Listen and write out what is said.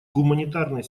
гуманитарной